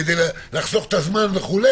כדי לחסוך את הזמן וכו',